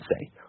say